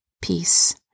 Peace